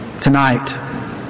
Tonight